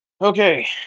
Okay